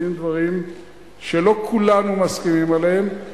מחליטים דברים שלא כולנו מסכימים עליהם,